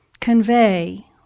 convey